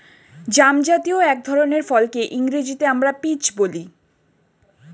জামজাতীয় এক ধরনের ফলকে ইংরেজিতে আমরা পিচ বলি